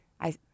I-